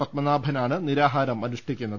പത്മനാഭനാണ് നിരാഹാരം അനുഷ്ഠിക്കുന്നത്